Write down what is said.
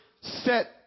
set